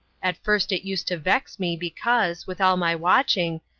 at first it used to vex me because, with all my watching,